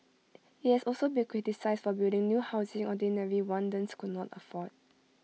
IT has also been criticised for building new housing ordinary Rwandans cannot afford